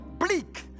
bleak